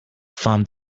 from